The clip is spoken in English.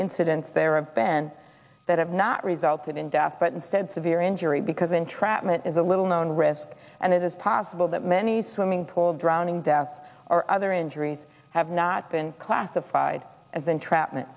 incidents there are then that have not resulted in death but instead severe injury because entrapment is a little known risk and it is possible that many swimming pool drowning death or other injuries have not been classified as entrapment